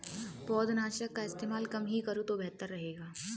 पौधनाशक का इस्तेमाल कम ही करो तो बेहतर रहेगा